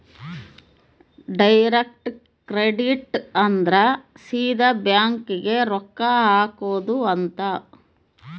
direct credit ಅಂದ್ರ ಸೀದಾ bank ಗೇ ರೊಕ್ಕ ಹಾಕೊಧ್ ಅಂತ